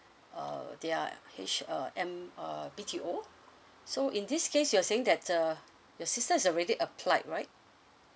uh their H uh M uh B_T_O so in this case you're saying that uh your sister has already applied right